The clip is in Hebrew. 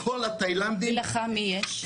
לכל התאילנדים יש,